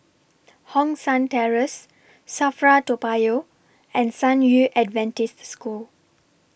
Hong San Terrace SAFRA Toa Payoh and San Yu Adventist School